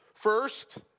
First